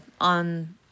on